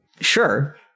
sure